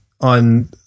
on